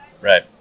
Right